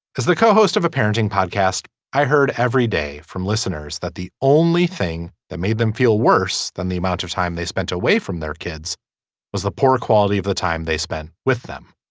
as the co-host of a parenting podcast i heard every day from listeners that the only thing that made them feel worse than the amount of time they spent away from their kids was the poor quality of the time they spent with them.